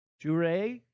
Jure